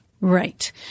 Right